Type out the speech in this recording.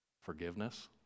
Forgiveness